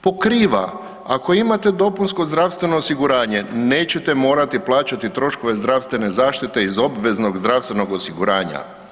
Pokriva ako imate dopunsko zdravstveno osiguranje nećete morati plaćati troškove zdravstvene zaštite iz obveznog zdravstvenog osiguranja.